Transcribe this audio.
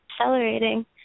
accelerating